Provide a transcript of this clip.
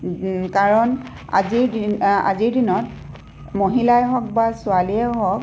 কাৰণ আজিৰ দিন আজিৰ দিনত মহিলাই হওক বা ছোৱালীয়ে হওক